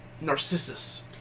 Narcissus